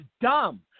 dumb